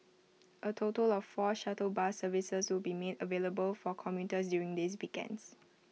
A total of four shuttle bus services will be made available for commuters during these weekends